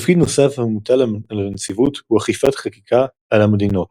תפקיד נוסף המוטל על הנציבות הוא אכיפת החקיקה על המדינות.